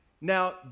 Now